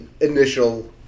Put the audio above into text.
initial